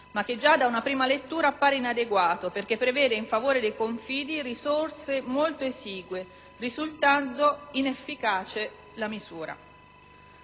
Camera, già da una prima lettura appare inadeguato perché prevede a favore dei Confidi risorse molto esigue, rendendo inefficace la misura.